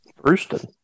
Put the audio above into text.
Brewston